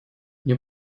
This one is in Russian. мне